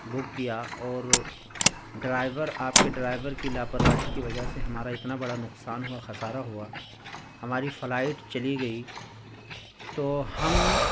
بک کیا اور ڈرائیور آپ کے ڈرائیور کی لاپرواہی کی وجہ سے ہمارا اتنا بڑا نقصان ہوا خسارہ ہوا ہماری فلائٹ چلی گئی تو ہم